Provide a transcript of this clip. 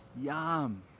yum